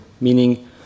meaning